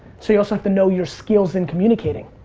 so you also have to know your skills in communicating.